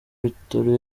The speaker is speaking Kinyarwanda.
bitaro